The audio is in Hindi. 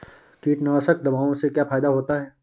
कीटनाशक दवाओं से क्या फायदा होता है?